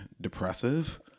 depressive